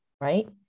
right